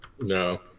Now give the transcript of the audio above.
No